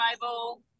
bible